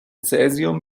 cäsium